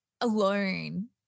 alone